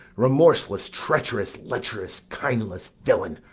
remorseless, treacherous, lecherous, kindless villain!